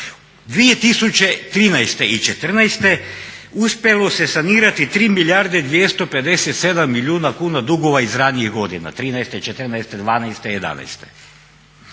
2013. i 2014. uspjelo se sanirati 3 milijarde 257 milijuna kuna dugova iz ranijih godina '13., '14., '12., '11.